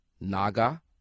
Naga